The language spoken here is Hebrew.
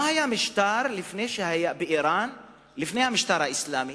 מה היה המשטר באירן לפני המשטר האסלאמי?